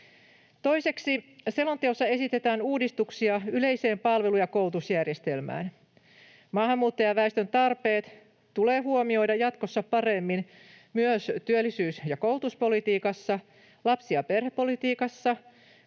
Toiseksi, selonteossa esitetään uudistuksia yleiseen palvelu- ja koulutusjärjestelmään. Maahanmuuttajaväestön tarpeet tulee huomioida jatkossa paremmin myös työllisyys- ja koulutuspolitiikassa, lapsi- ja perhepolitiikassa,